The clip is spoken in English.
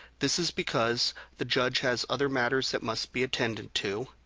this is because the judge has other matters that must be attended to,